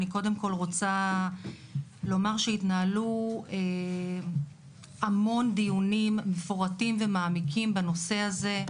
אני קודם כל רוצה לומר שהתנהלו המון דיונים מפורטים ומעמיקים בנושא הזה.